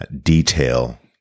detail